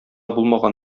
булмаган